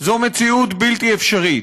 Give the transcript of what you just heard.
זו מציאות בלתי אפשרית.